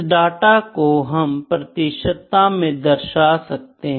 इस डाटा को हम प्रतिशतता मैं दर्शा सकते है